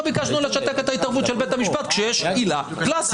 לא ביקשנו לשתק את ההתערבות של בית המשפט כשיש עילה קלאסית.